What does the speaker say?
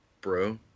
bro